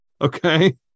okay